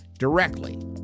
Directly